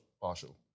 partial